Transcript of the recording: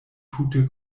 tute